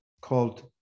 called